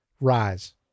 rise